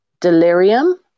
delirium